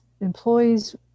employees